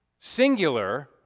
singular